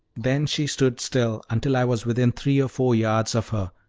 then she stood still until i was within three or four yards of her,